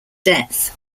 death